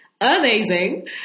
Amazing